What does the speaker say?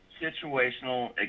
situational